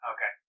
Okay